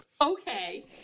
Okay